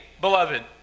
beloved